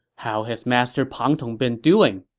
how has master pang tong been doing?